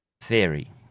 theory